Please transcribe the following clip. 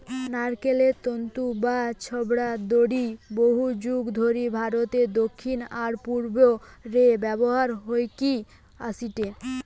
নারকেল তন্তু বা ছিবড়ার দড়ি বহুযুগ ধরিকি ভারতের দক্ষিণ আর পূর্ব রে ব্যবহার হইকি অ্যাসেটে